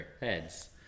Heads